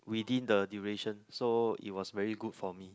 within the duration so it was very good for me